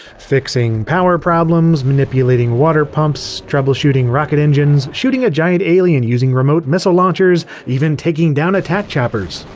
fixing power problems, manipulating water pumps, troubleshooting rocket engines, shooting a giant alien using remote missile launchers, even taking down attack choppers!